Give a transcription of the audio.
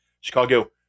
Chicago –